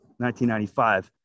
1995